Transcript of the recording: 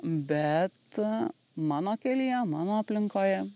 bet mano kelyje mano aplinkoje